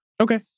Okay